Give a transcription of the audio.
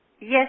Yes